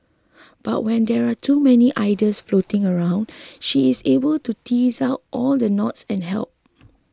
but when there are too many ideas floating around she is able to tease out all the knots and help